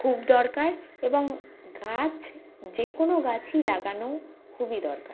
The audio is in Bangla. খুব দরকার এবং গাছ যে কোনো গাছই লাগানোও খুবই দরকার